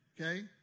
okay